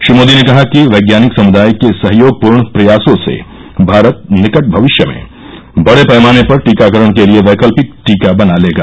श्री मोदी ने कहा कि वैज्ञानिक समुदाय के सहयोगपूर्ण प्रयासों से भारत निकट भविष्य में बड़े पैमाने पर टीकाकरण के लिए वैकल्पिक टीका बना लेगा